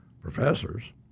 professors